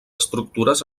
estructures